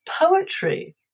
poetry